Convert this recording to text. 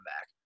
back